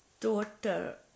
daughter